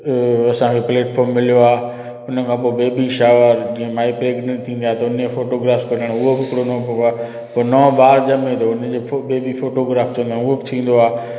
असांखे प्लैटफॉम मिलियो आहे हुन खां पोइ बेबी शावर जीअं माई प्रैगनेंट थींदी आहे त हुनई फोटोग्राफ कढाइणु उहो बि हिकिड़ो मौक़ौ आहे पोइ नओं ॿारु ॼमे थो हुनजी फो बेबी फोटोग्राफ चवंदा आहियूं उहो बि थींदो आहे